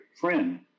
friend